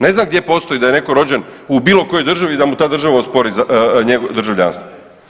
Ne znam gdje postoji da je neko rođen u bilo kojoj državi da mu ta država ospori državljanstvo.